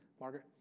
Margaret